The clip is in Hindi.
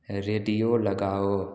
रेडियो लगाओ